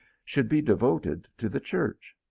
should be devoted to the church.